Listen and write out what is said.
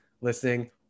listening